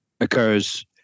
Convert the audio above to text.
occurs